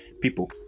people